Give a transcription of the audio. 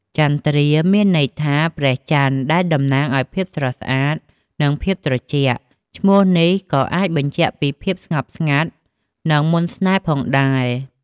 ចន្ទ្រា មានន័យថា ព្រះច័ន្ទ ដែលតំណាងឱ្យ ភាពស្រស់ស្អាត និងភាពត្រជាក់ ឈ្មោះនេះក៏អាចបញ្ជាក់ពីភាពស្ងប់ស្ងាត់ និងមន្តស្នេហ៍ផងដែរ។